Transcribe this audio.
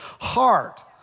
heart